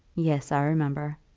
yes i remember.